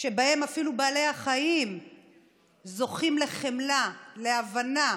שבהם אפילו בעלי החיים זוכים לחמלה, להבנה